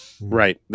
Right